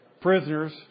prisoners